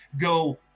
go